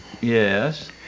Yes